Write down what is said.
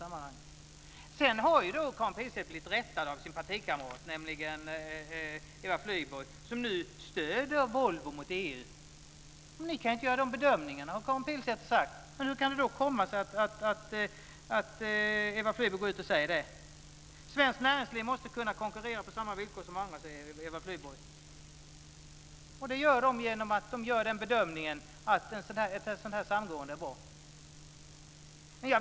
Karin Pilsäter har vidare blivit korrigerad av sin partikamrat Eva Flyborg, som nu stöder Volvo i förhållande till EU. Karin Pilsäter säger att ni inte kan göra den bedömningen. Hur kan det då komma sig att Eva Flyborg säger så? Hon säger att svenskt näringsliv måste kunna konkurrera på samma villkor som andra, och hon gör den bedömningen att ett sådant här samgående är bra.